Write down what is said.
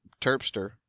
Terpster